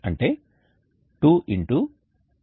అంటే 2 x ωsr